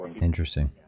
Interesting